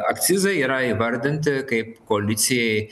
akcizai yra įvardinti kaip koalicijai